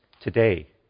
today